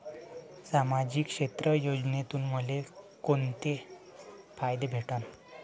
सामाजिक क्षेत्र योजनेतून मले कोंते फायदे भेटन?